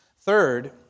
Third